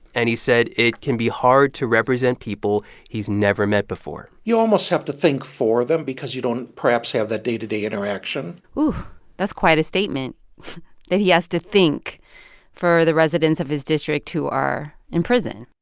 and he said it can be hard to represent people he's never met before you almost have to think for them because you don't, perhaps, have that day-to-day interaction that's quite a statement that he has to think for the residents of his district who are in prison.